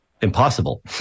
impossible